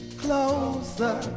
closer